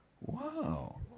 Wow